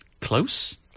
Close